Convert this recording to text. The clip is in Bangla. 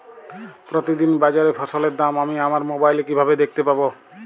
প্রতিদিন বাজারে ফসলের দাম আমি আমার মোবাইলে কিভাবে দেখতে পাব?